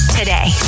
today